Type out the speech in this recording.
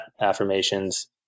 affirmations